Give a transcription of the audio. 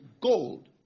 gold